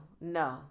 no